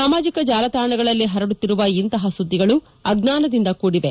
ಸಾಮಾಜಿಕ ಜಾಲತಾಣಗಳಲ್ಲಿ ಹರಡುತ್ತಿರುವ ಇಂತಹ ಸುದ್ಗಿಗಳು ಅಜ್ಞಾನದಿಂದ ಕೂಡಿವೆ